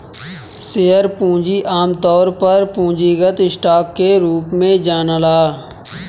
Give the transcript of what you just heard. share पूंजी आमतौर पर पूंजीगत स्टॉक के रूप में जनाला